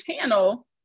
channel